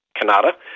Canada